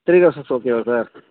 three Roses ஓகேவா sir